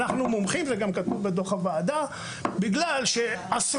וגם כתוב בדו"ח הוועדה: בגלל שאנחנו עושים